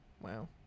Wow